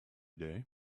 day